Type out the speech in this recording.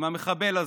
עם המחבל הזה,